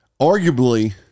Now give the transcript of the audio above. Arguably